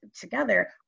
together